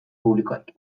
publikoek